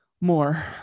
more